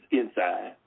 inside